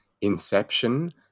Inception